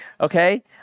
Okay